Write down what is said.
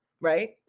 right